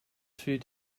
food